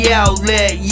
outlet